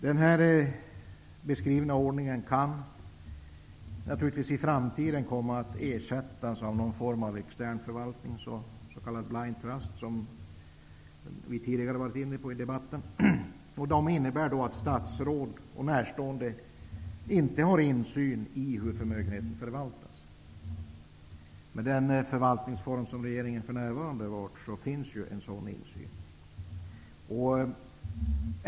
Den här beskrivna ordningen kan i framtiden naturligtvis komma att ersättas av någon form av extern förvaltning -- s.k. blind trust, som vi tidigare varit inne på i debatten. Det innebär att statsråd och närstående inte har insyn i hur förmögenheten förvaltas. Med den förvaltningsform som regeringen för närvarande har finns det en sådan insyn.